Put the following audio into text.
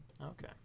Okay